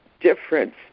Difference